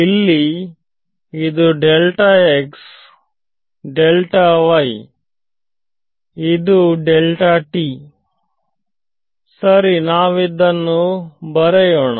ಇಲ್ಲಿ ಇದು ಇಲ್ಲಿ ಇದು ಸರಿ ನಾವಿದನ್ನು ಬರೆಯೋಣ